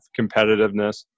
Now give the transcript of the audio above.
competitiveness